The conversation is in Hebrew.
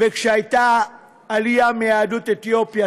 וכשהייתה עליה מיהדות אתיופיה,